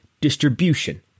distribution